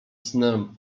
snem